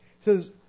says